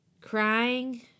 crying